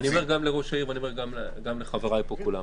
אני אומר גם לראש העיר ואני אומר גם לחבריי פה כולם,